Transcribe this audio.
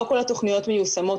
לא כל התוכניות מיושמות.